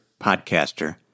podcaster